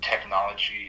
technology